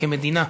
כמדינה,